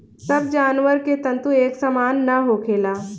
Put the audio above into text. सब जानवर के तंतु एक सामान ना होखेला